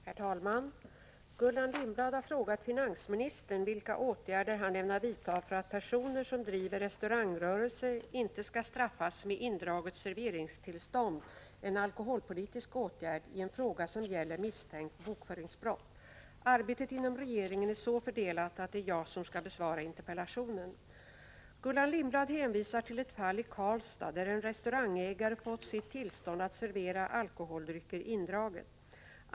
Herr talman! Gullan Lindblad har frågat finansministern vilka åtgärder han ämnar vidta för att personer som driver restaurangrörelse inte skall straffas med indraget serveringstillstånd — en alkoholpolitisk åtgärd — i en fråga som gäller misstänkt bokföringsbrott. Arbetet inom regeringen är så fördelat att det är jag som skall svara på interpellationen. Gullan Lindblad hänvisar till ett fall i Karlstad där en restaurangägare fått sitt tillstånd att servera alkoholdrycker indraget.